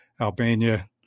Albania